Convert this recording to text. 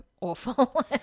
awful